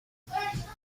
nueve